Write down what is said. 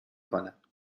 کنم